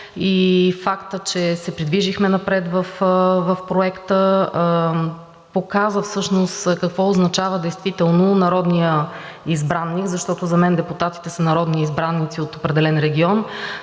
Фактът, че се придвижихме напред в проекта, показа всъщност какво означава действително народният избраник, защото за мен депутатите са народни избраници от определен регион,